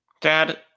Dad